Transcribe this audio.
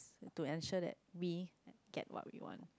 to ensure that we get what we want